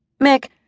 Mick